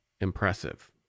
impressive